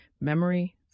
memory